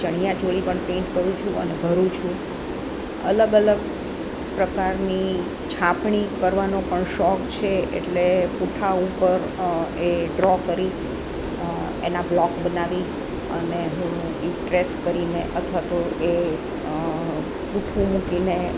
ચણિયા ચોળી પણ પેન્ટ કરું છું અને ભરું છું અલગ અલગ પ્રકારની છાપણી કરવાનો પણ શોખ છે એટલે પૂઠાં ઉપર ડ્રો કરી એના બ્લોક બનાવી અને હું એ ટ્રેસ કરીને અથવા તો એ પૂઠું મૂકીને